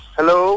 Hello